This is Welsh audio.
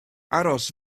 aros